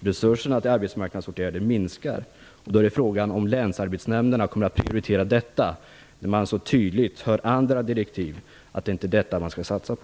resurserna till arbetsmarknadsåtgärder, och då är ju frågan om länsarbetsnämnderna kommer att prioritera just detta, när man så tydligt hör andra direktiv om att det skall göras en sådan satsning.